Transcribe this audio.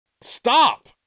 stop